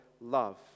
love